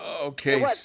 Okay